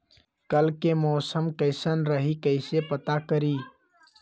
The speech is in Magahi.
कल के मौसम कैसन रही कई से पता करी?